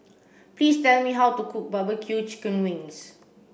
please tell me how to cook barbecue chicken wings